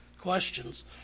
questions